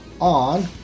on